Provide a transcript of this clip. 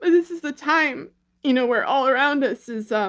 this is the time you know where all around us is um